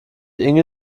inge